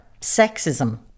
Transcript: sexism